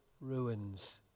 ruins